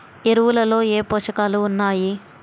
ఎరువులలో ఏ పోషకాలు ఉన్నాయి?